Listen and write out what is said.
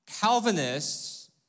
Calvinists